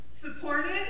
supported